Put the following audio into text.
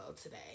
today